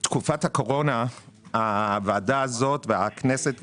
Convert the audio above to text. בתקופת הקורונה הוועדה הזו והכנסת קידמה,